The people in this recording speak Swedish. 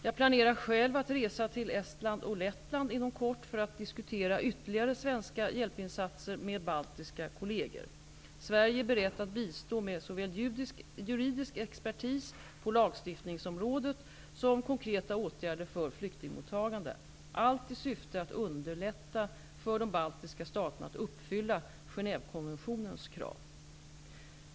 Jag planerar att resa till Estland och Lettland inom kort för att diskutera ytterligare svenska hjälpinsatser med baltiska kolleger. Sverige är berett att bistå med såväl juridisk expertis på lagstiftningsområdet som konkreta åtgärder för flyktingmottagande, allt i syfte att underlätta för de baltiska staterna att uppfylla Genèvekonventionens krav.